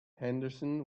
henderson